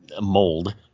mold